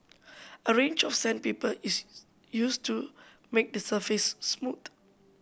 a range of sandpaper is used to make the surface smooth